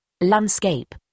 Landscape